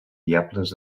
diables